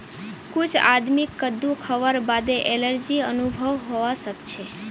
कुछ आदमीक कद्दू खावार बादे एलर्जी अनुभव हवा सक छे